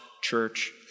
Church